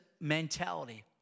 mentality